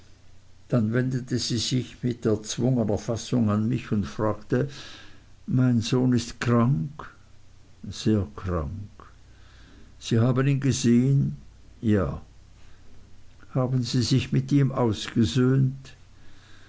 dann wendete sie sich mit erzwungner fassung an mich und fragte mein sohn ist krank sehr krank sie haben ihn gesehen ja haben sie sich mit ihm ausgesöhnt